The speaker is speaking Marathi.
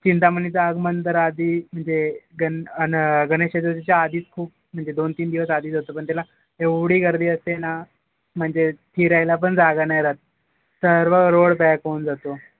चिंतामणीचं आगमन तर आधी म्हणजे ग अन गणेश चतुर्थीच्या आधीच खूप म्हणजे दोन तीन दिवस आधी जातो पण त्याला एवढी गर्दी असते ना म्हणजे फिरायला पण जागा नाही राहात सर्व रोड पॅक होऊन जातो